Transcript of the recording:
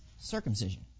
circumcision